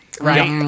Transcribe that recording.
right